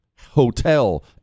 Hotel